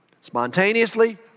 Spontaneously